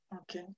Okay